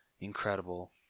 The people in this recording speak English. incredible